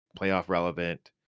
playoff-relevant